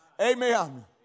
Amen